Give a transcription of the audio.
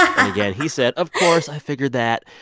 and again, he said, of course, i figured that.